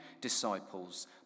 disciples